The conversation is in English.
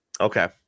Okay